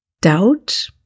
doubt